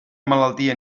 malaltia